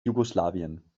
jugoslawien